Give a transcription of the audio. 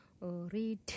read